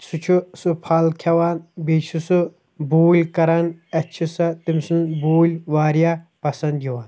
سُہ چھُ سُہ پھل کھٮ۪وان بیٚیہِ چھُ سُہ بوٗلۍ کَران اَسہِ چھِ سۄ تٔمۍ سٕنٛز بوٗلۍ واریاہ پَسنٛد یِوان